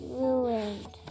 ruined